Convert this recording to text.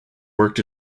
worked